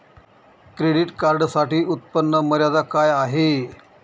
Credit कार्डसाठी उत्त्पन्न मर्यादा काय आहे?